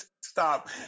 Stop